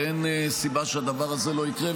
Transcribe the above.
ואין סיבה שהדבר הזה לא יקרה,